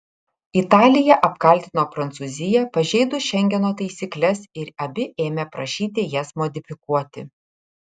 italija apkaltino prancūziją pažeidus šengeno taisykles ir abi ėmė prašyti jas modifikuoti